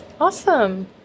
Awesome